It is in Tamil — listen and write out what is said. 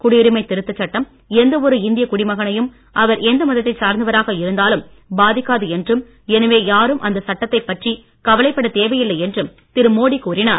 குடியுரிமை திருத்த சட்டம் எந்த ஒரு இந்தியக் குடிமகனையும் அவர் எந்த மதத்தைச் சார்ந்தவராக இருந்தாலும் பாதிக்காது என்றும் எனவே யாரும் அந்த சட்டத்தை பற்றி கவலைப்படத் தேவையில்லை என்றும் திரு மோடி கூறினார்